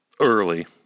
early